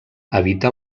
habita